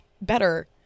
better